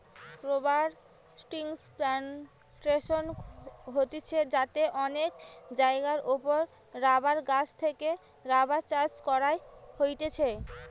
rubber ট্রির plantation হতিছে যাতে অনেক জায়গার ওপরে রাবার গাছ থেকে রাবার চাষ কইরা হতিছে